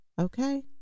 Okay